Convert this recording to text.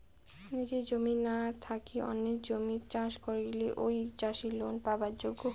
নিজের জমি না থাকি অন্যের জমিত চাষ করিলে কি ঐ চাষী লোন পাবার যোগ্য?